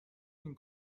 این